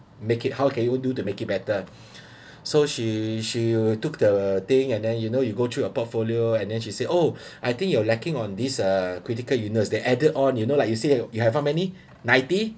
make it how can you do to make it better so she she will took the thing and then you know you go through a portfolio and then she say oh I think you are lacking on these uh critical illness they added on you know like you say you have how many ninety